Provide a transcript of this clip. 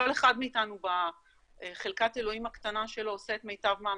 כל אחד מאיתנו בחלקת אלוהים הקטנה שלו עושה את מיטב מאמציו,